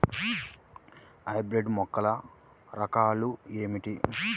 Hybrid మొక్కల రకాలు ఏమిటీ?